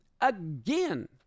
again